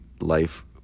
life